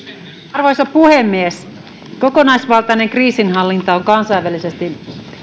arvoisa puhemies kokonaisvaltainen kriisinhallinta on kansainvälisesti